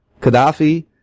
Gaddafi